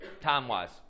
time-wise